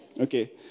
Okay